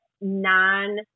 non